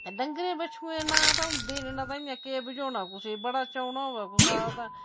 ते डंगरे बछुएं नांऽ ते होंदे नि ना में केह् बझोना कुसै बड़ा चौना होऐ कुसै दा तां